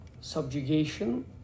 subjugation